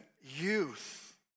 youth